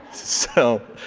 so,